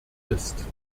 ist